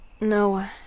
No